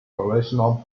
provisional